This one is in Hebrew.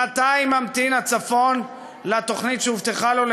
שנתיים הצפון ממתין לתוכנית שהובטחה לו,